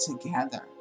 together